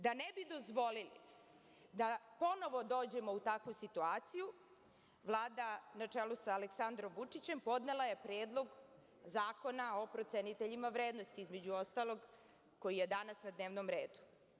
Da ne bi dozvolili da ponovo dođemo u takvu situaciju, Vlada, na čelu sa Aleksandrom Vučićem, podnela je Predlog zakona o proceniteljima vrednosti, između ostalog, koji je danas na dnevnom redu.